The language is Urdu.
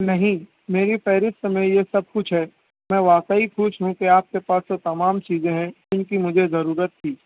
نہیں میری فہرست میں یہ سب کچھ ہے میں واقعی خوش ہوں کہ آپ سے پاس وہ تمام چیزیں ہیں جن کی مجھے ضرورت تھی